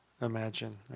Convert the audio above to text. imagine